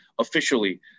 officially